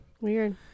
Weird